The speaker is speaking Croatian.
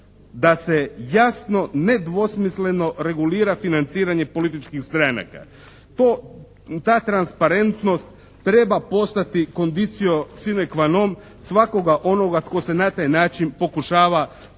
da se jasno, nedvosmisleno regulira financiranje političkih stranaka. Ta transparentnost treba postati kondicio sine qua non svakoga onoga tko se na taj način pokušava politički